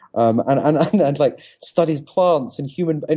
um and and and and like studies plants and human. and